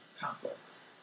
conflicts